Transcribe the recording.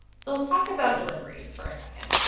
so let's talk about delivery for a second.